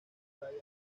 playa